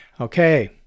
okay